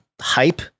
hype